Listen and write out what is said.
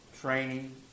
training